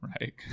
right